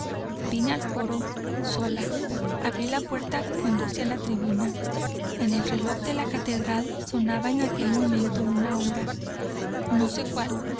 vine al coro sola abrí la puerta que conduce á la tribuna en el reloj de la catedral sonaba en aquel momento una hora no sé cuál